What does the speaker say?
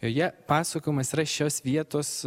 joje pasakojimas yra šios vietos